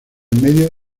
medio